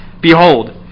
Behold